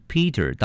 Peter